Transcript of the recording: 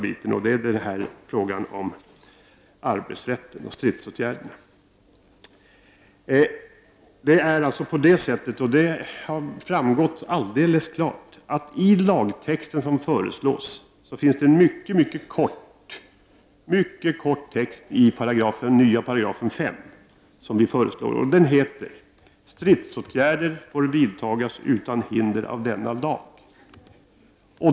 Låt mig börja med frågan om arbetsrätten och stridsåtgärderna. I 5 § i den lagtext som föreslås — det har framgått alldeles klart — heter det: ”Stridsåtgärder får vidtagas utan hinder av denna lag”.